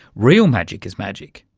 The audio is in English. real magic is magic.